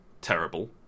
terrible